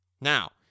Now